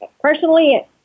personally